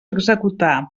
executar